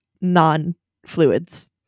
non-fluids